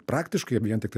praktiškai vien tiktai